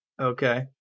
okay